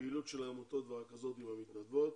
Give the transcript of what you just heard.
פעילות של העמותות והרכזות עם המתנדבות,